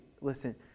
listen